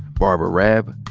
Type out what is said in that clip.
barbara raab,